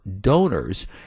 donors